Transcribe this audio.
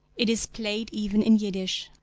it is played even in yiddish.